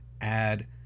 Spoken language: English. add